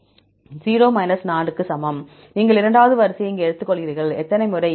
4 க்கு சமம் நீங்கள் இரண்டாவது வரிசையை இங்கே எடுத்துக்கொள்கிறீர்கள் எத்தனை முறை A